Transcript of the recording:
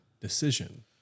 decision